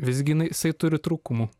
visgi jinai jisai turi trūkumų